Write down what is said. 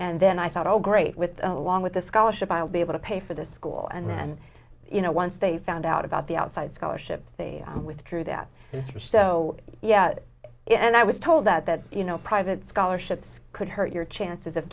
and then i thought oh great with along with the scholarship i'll be able to pay for the school and then you know once they found out about the outside scholarship they withdrew that for so yeah and i was told that that you know private scholarships could hurt your chances of